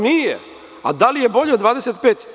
Nije, ali da li je bolje od 25%